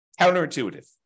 Counterintuitive